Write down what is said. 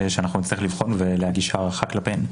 שאנחנו נצטרך לבחון ולהגיש הערכה כלפיהן.